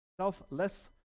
selfless